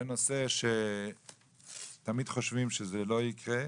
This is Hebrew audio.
זה נושא שתמיד חושבים שזה לא יקרה,